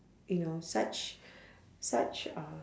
you know such such uh